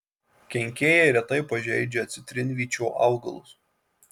kenkėjai retai pažeidžia citrinvyčio augalus